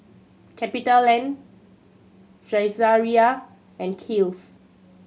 CapitaLand Saizeriya and Kiehl's